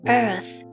earth